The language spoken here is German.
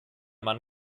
mann